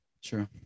Sure